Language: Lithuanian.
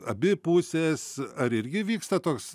abi pusės ar irgi vyksta toks